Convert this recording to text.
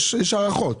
יש הערכות,